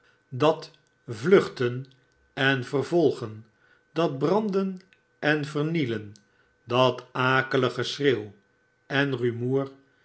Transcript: dat vluchten en vervolgen dat branden en vernielen dat akelige geschreeuw en rumoer